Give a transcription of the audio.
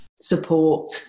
support